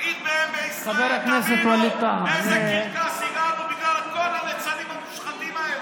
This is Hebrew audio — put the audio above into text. תבינו לאיזה קרקס הגענו בגלל הליצנים המושחתים האלה.